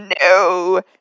No